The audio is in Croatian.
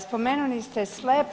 Spomenuli ste „slep“